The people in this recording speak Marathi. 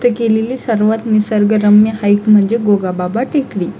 त केलेली सर्वात निसर्गरम्य हाईक म्हणजे गोगाबाबा टेकडी